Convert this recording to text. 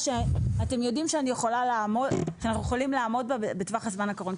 שאתם יודעים שאנחנו יכולים לעמוד בה בטווח הזמן הקרוב.